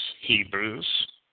Hebrews